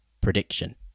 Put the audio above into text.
prediction